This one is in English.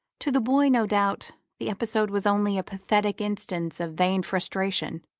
to the boy, no doubt, the episode was only a pathetic instance of vain frustration,